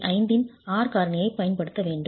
5 இன் R காரணியைப் பயன்படுத்த வேண்டும்